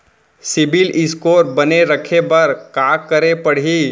CIBIL score बने रखे बर का करे पड़ही?